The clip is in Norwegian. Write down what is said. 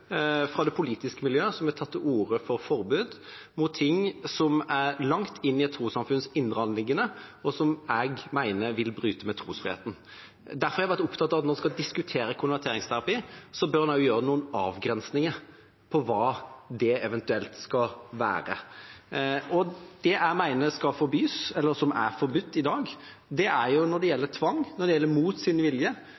fra det politiske miljøet også har tatt til orde for forbud mot ting som er langt inn i et trossamfunns indre anliggender, og som jeg mener vil bryte med trosfriheten. Derfor har jeg vært opptatt av at når en skal diskutere konverteringsterapi, bør en gjøre noen avgrensninger av hva det eventuelt skal være. Det jeg mener skal forbys, eller som er forbudt i dag, er det